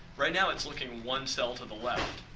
right now, it's looking one cell to the left.